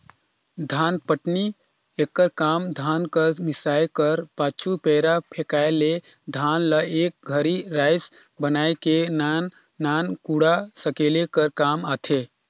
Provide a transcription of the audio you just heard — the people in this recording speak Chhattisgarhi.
धानपटनी एकर काम धान कर मिसाए कर पाछू, पैरा फेकाए ले धान ल एक घरी राएस बनाए के नान नान कूढ़ा सकेले कर काम आथे